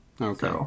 Okay